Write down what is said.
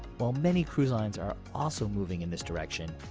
while many cruise lines are also moving in this direction,